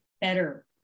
better